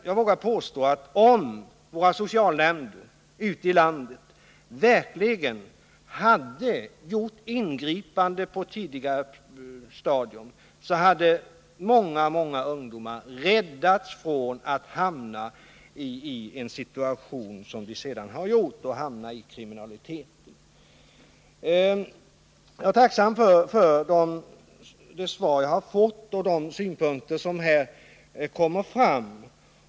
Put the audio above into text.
Jag vågar påstå att om våra socialnämnder ute i landet verkligen hade gjort ingripanden på tidigare stadier hade många, många ungdomar räddats från att hamna i en situation som sedan lett till kriminalitet. Jag är tacksam för det svar jag har fått och för de synpunkter som där kommer fram.